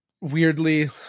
weirdly